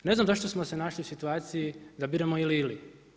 Ne znam, zašto smo se našli u situaciji, da biramo ili, ili.